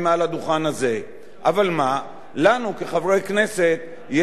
אבל מה, לנו כחברי כנסת יש חסינות,